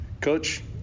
Coach